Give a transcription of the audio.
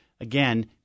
again